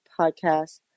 podcast